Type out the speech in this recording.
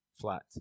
flat